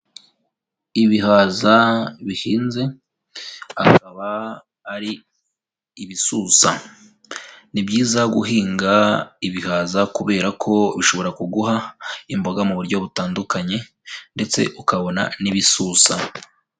Ibihaza bihinze, akaba ari ibisusa, ni byiza guhinga ibihaza kubera ko bishobora kuguha imboga mu buryo butandukanye ndetse ukabona n'ibisusa.